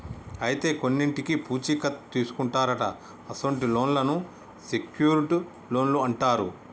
అయితే కొన్నింటికి పూచీ కత్తు తీసుకుంటారట అసొంటి లోన్లను సెక్యూర్ట్ లోన్లు అంటారు